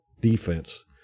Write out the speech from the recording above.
defense